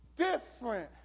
Different